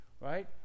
right